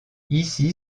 ici